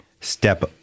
step